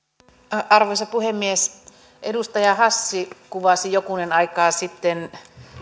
arvoisa puhemies edustaja hassi kuvasi jokunen aika sitten